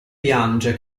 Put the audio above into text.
piange